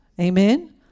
Amen